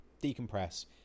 decompress